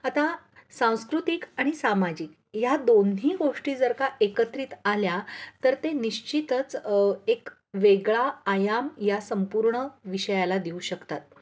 आता सांस्कृतिक आणि सामाजिक ह्या दोन्ही गोष्टी जर का एकत्रित आल्या तर ते निश्चितच एक वेगळा आयाम या संपूर्ण विषयाला देऊ शकतात